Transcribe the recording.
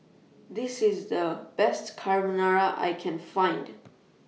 This IS The Best Carbonara I Can Find